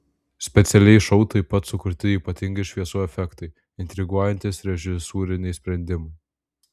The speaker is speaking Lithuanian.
specialiai šou taip pat sukurti ypatingi šviesų efektai intriguojantys režisūriniai sprendimai